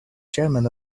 chairman